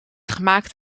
gemaakt